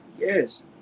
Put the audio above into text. Yes